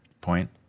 point